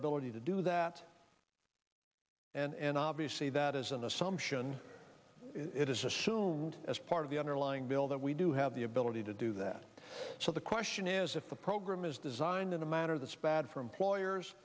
ability to do that and obviously that is an assumption it is assumed as part of the underlying bill that we do have the ability to do that so the question is if the program is designed in a manner that's bad for employers